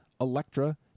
Electra